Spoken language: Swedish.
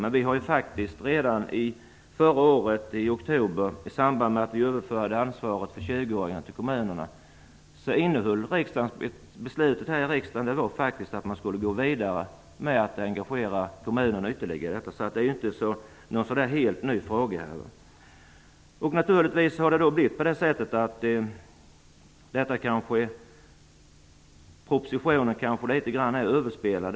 Redan i oktober förra året, i samband med att vi överförde ansvaret för 20-åringarna till kommunerna, beslöt man här i riksdagen att man skulle gå vidare med att engagera kommunerna ytterligare. Det är alltså inte någon helt ny fråga. Propositionen är därför kanske litet överspelad.